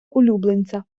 улюбленця